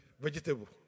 vegetable